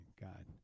God